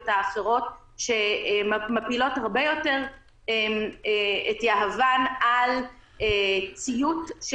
האחרות שמפילות הרבה יותר את יהבן על ציות של